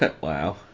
Wow